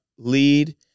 lead